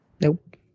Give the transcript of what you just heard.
Nope